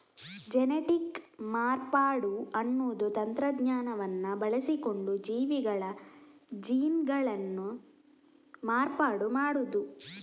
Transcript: genetic ಮಾರ್ಪಾಡು ಅನ್ನುದು ತಂತ್ರಜ್ಞಾನವನ್ನ ಬಳಸಿಕೊಂಡು ಜೀವಿಗಳ ಜೀನ್ಗಳನ್ನ ಮಾರ್ಪಾಡು ಮಾಡುದು